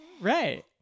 Right